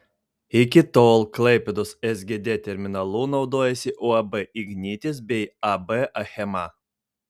iki tol klaipėdos sgd terminalu naudojosi uab ignitis bei ab achema